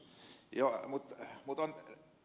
mutta kun ed